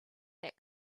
that